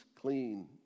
clean